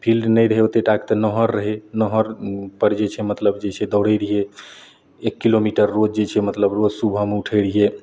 तऽ फिल्ड नहि रहै ओते टाके तऽ नहर रहै नहर पर जे छै मतलब जे छै दौड़ै रहियै एक किलोमीटर रोज जे छै मतलब रोज सुबहमे उठै रहियै